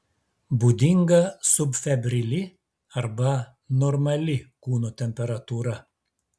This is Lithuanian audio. būdinga subfebrili arba normali kūno temperatūra